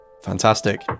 fantastic